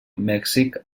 mèxic